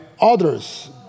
others